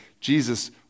Jesus